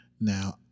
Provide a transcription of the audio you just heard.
Now